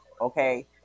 okay